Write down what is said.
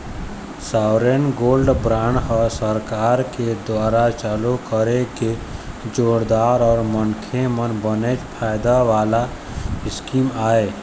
sovereign gold bond ह सरकार के दुवारा चालू करे गे जोरदार अउ मनखे मन बनेच फायदा वाले स्कीम आय